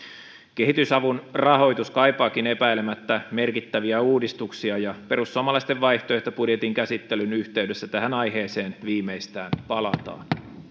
kehitysavun rahoitus kaipaakin epäilemättä merkittäviä uudistuksia ja viimeistään perussuomalaisten vaihtoehtobudjetin käsittelyn yhteydessä tähän aiheeseen palataan